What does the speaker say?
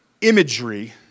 imagery